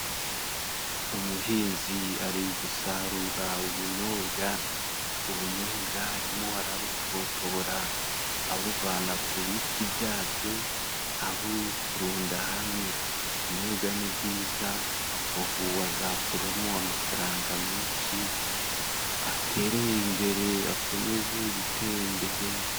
Umuhinzi ari gusarura ubunyobwa. Ubunyobwa arimo arabutotora abuvana ku biti byabyo, aburunda hamwe. Ubunyobwa ni bwiza ubu azakuramo amafaranga menshi atere imbere, akomeze gutera imbere.